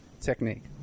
technique